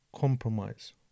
compromise